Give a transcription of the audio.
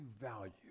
value